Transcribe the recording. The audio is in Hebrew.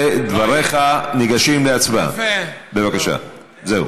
אנחנו ממשיכים בנוהל היום.